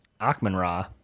Achman-Ra